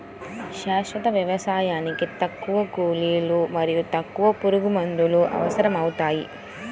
శాశ్వత వ్యవసాయానికి తక్కువ కూలీలు మరియు తక్కువ పురుగుమందులు అవసరమవుతాయి